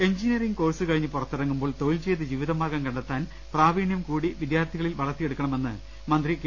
engineering course കഴിഞ്ഞ് പുറത്തിറങ്ങുമ്പോൾ തൊഴിൽ ചെയ്ത് ജീവിതമാർഗ്ഗം ക്ണ്ടെത്താൻ പ്രാവീണ്യം കൂടി വിദ്യാർത്ഥികളിൽ വളർത്തിയെടുക്കണമെന്ന് മന്ത്രി കെ